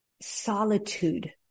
solitude